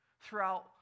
throughout